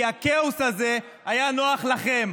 כי הכאוס הזה היה נוח לכם.